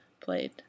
played